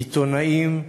עיתונאים,